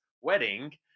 wedding